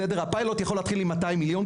הפיילוט יכול להתחיל עם 200 מיליון ₪,